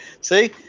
See